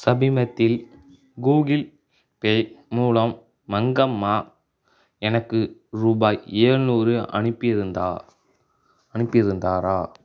சமீபத்தில் Google Pay மூலம் மங்கம்மா எனக்கு ரூபாய் எழுநூறு அனுப்பியிருந்தா அனுப்பியிருந்தாரா